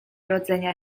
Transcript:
rodzenia